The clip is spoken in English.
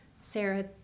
Sarah